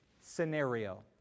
scenario